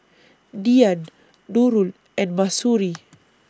Dian Nurul and Mahsuri